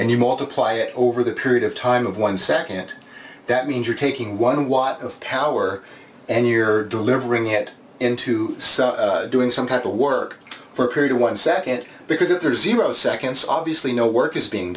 and you multiply it over the period of time of one second that means you're taking one watt of power and you're delivering it into doing some type of work for a period of one second because if there is zero seconds obviously no work is being